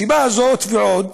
הסיבה הזאת, ועוד,